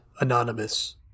Anonymous